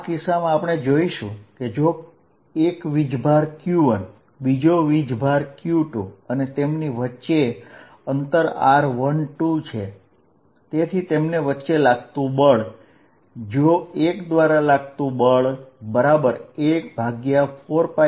આ કિસ્સામાં આપણે જોઇશું કે જો એક વીજભાર q1 બીજો વીજભાર q2 અને તેમની વચ્ચે અંતર r12 છે